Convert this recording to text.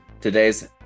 today's